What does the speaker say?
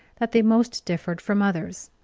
that they most differed from others.